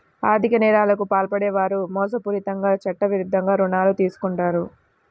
ఆర్ధిక నేరాలకు పాల్పడే వారు మోసపూరితంగా చట్టవిరుద్ధంగా రుణాలు తీసుకుంటారు